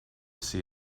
see